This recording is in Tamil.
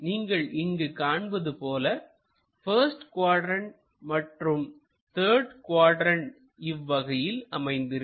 நீங்கள் இங்கு காண்பது போல பஸ்ட் குவாட்ரண்ட் மற்றும் த்தர்டு குவாட்ரண்ட் இவ்வகையில் அமைந்திருக்கும்